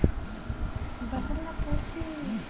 ಪ್ರಧಾನ ಮಂತ್ರಿ ಫಸಲ್ ಭೀಮಾ ಯೋಜನೆ, ಒಂದು ಬೆಳೆ ಸಂಬಂಧಿ ವಿಮೆಯಾಗಿದೆ